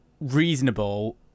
reasonable